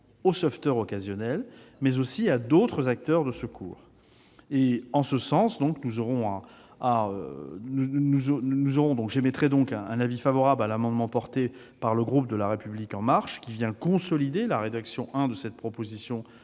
au sauveteur occasionnel, mais aussi à d'autres acteurs du secours. En ce sens, j'émettrai un avis favorable sur l'amendement déposé par le groupe La République En Marche, qui vient consolider la rédaction de l'article 1 de cette proposition